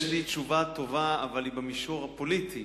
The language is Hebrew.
יש לי תשובה טובה, אבל היא במישור הפוליטי,